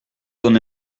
ton